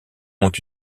ont